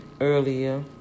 earlier